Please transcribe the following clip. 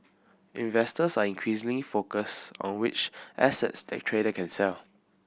investors are increasingly focused on which assets the trader can sell